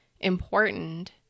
important